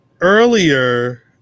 earlier